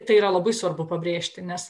tai yra labai svarbu pabrėžti nes